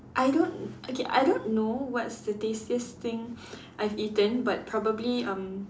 I don't okay I don't know what's the tastiest thing I've eaten but probably um